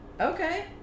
Okay